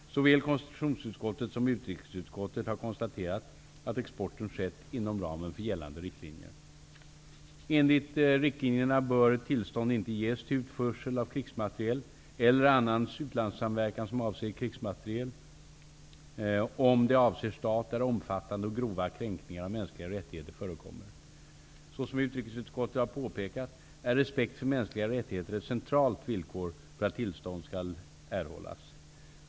Såväl konstitutionsutskottet som utrikesutskottet har konstaterat att exporten skett inom ramen för gällande riktlinjer. Enligt riktlinjerna bör tillstånd inte ges till utförsel av krigsmateriel, eller annan utlandssamverkan som avser krigsmateriel, om det avser stat där omfattande och grova kränkningar av mänskliga rättigheter förekommer. Såsom utrikesutskottet har påpekat är respekt för mänskliga rättigheter ett centralt villkor för att tillstånd skall erhållas.